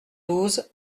douze